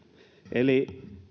eli